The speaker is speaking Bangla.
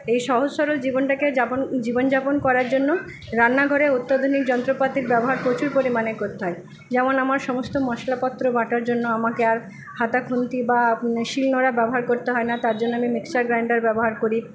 এই সহজ সরল জীবনটাকে যাপন জীবনযাপন করার জন্য রান্নাঘরে অত্যাধুনিক যন্ত্রপাতির ব্যবহার প্রচুর পরিমাণে করতে হয় যেমন আমার সমস্ত মশলাপত্র বাটার জন্য আমাকে আর হাতা খুন্তি বা শিল নোড়া ব্যবহার করতে হয় না তার জন্য আমি মিক্সার গ্রাইন্ডার ব্যবহার করি